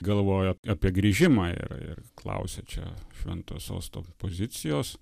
galvojo apie grįžimą ir ir klausė čia švento sosto pozicijos